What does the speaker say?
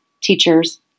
teachers